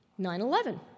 9-11